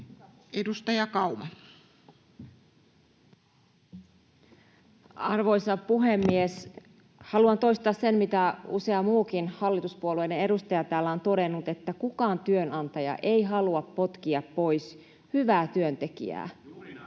Edustaja Kauma. Arvoisa puhemies! Haluan toistaa sen, mitä usea muukin hallituspuolueiden edustaja täällä on todennut, että kukaan työnantaja ei halua potkia pois hyvää työntekijää. [Sebastian